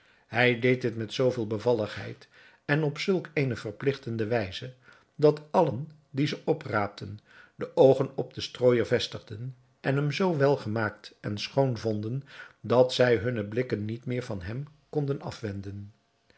hij deed dit met zooveel bevalligheid en op zulk eene verpligtende wijze dat allen die ze opraapten de oogen op den strooijer vestigden en hem zoo welgemaakt en schoon vonden dat zij hunne blikken niet meer van hem konden afwenden